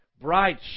bright